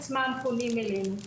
עצמם פונים אלינו.